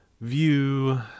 View